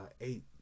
eight